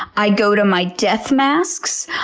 i go to my death masks,